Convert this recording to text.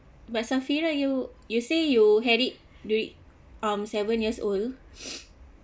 but safira you you say you had it do it um seven years old